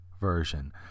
version